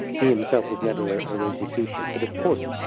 he himself was never a rosicrucian, but of course,